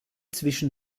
zwischen